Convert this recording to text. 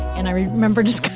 and i remember just